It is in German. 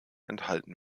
enthalten